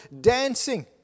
dancing